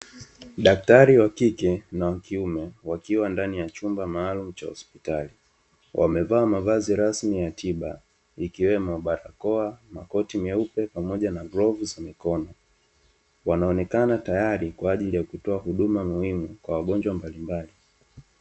Daktari wa kike na wa kiume wakiwa ndani ya chumba maalumu cha hospitali, wamevaa mavazi rasmi ya tiba ikiwemo barakoa, makoti meupe, pamoja na glavu za mikono, wanaonekana tayari kwa ajili ya kutoa huduma muhimu kwa wagonjwa mbalimbali.